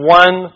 one